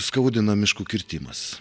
skaudina miškų kirtimas